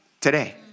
today